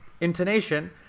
intonation